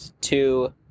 two